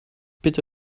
bitte